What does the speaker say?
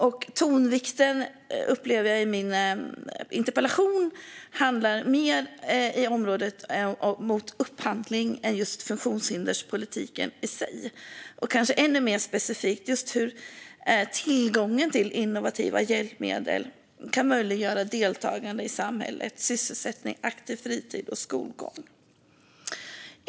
Jag upplever att tonvikten i min interpellation ligger mer på upphandling än på funktionshinderspolitiken i sig, kanske ännu mer specifikt hur tillgången till innovativa hjälpmedel kan möjliggöra deltagande i samhället, sysselsättning, aktiv fritid och skolgång.